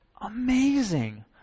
Amazing